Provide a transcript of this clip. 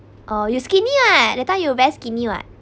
oh you skinny ah that time you very skinny [what]